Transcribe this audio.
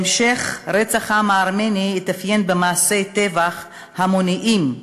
בהמשך, רצח העם הארמני התאפיין במעשי טבח המוניים,